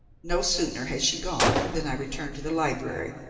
no sooner had she gone than i returned to the library,